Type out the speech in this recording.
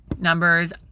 numbers